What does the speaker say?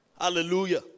Hallelujah